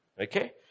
okay